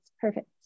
perfect